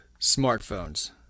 Smartphones